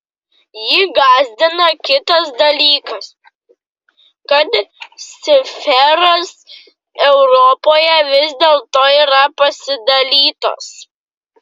jį gąsdina kitas dalykas kad sferos europoje vis dėlto yra pasidalytos